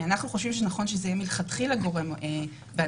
אנחנו חושבים שנכון שזה יהיה מלכתחילה גורם בהנהלת